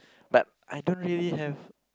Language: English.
but I don't really have